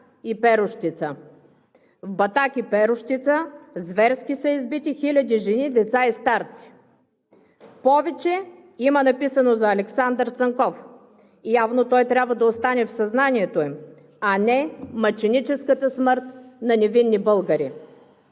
Батак и Перущица: „В Батак и Перущица зверски са избити хиляди жени, деца и старци.“ Повече има написано за Александър Цанков. Явно той трябва да остане в съзнанието им, а не мъченическата смърт на невинни българи!?